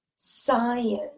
Science